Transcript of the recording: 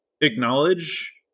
acknowledge